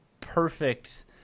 perfect